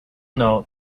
know